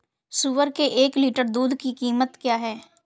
सुअर के एक लीटर दूध की कीमत क्या है?